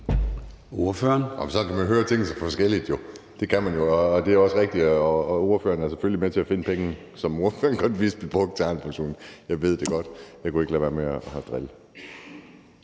Sådan kan man høre tingene så forskelligt. Det kan man jo, og det er også rigtigt, at ordføreren selvfølgelig er med til at finde pengene, som ordføreren godt vidste blev brugt til Arnepensionen. Jeg ved det godt. Jeg kunne ikke lade være med at drille.